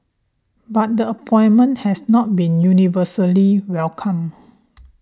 but the appointment has not been universally welcomed